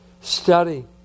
Study